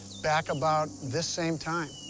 back about this same time,